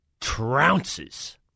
trounces